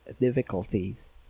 difficulties